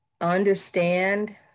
understand